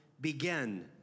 begin